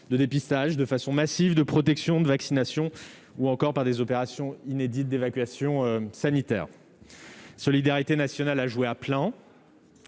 de dépistage de façon massive de protection de vaccination ou encore par des opérations inédite d'évacuation sanitaire solidarité nationale a joué à plein